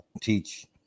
teach